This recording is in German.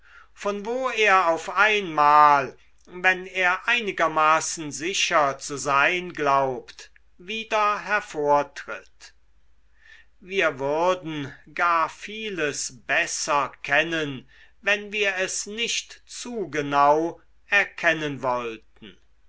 von wo er auf einmal wenn er einigermaßen sicher zu sein glaubt wieder hervortritt wir würden gar vieles besser kennen wenn wir es nicht zu genau erkennen wollten